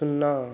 शुन्ना